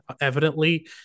evidently